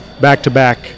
back-to-back